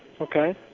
Okay